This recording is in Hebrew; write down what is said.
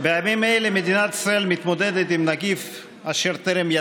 ימינה לסעיף 3 לא